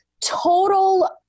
total